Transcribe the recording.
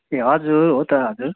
ए हजुर हो त हजुर